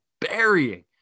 burying